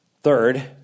Third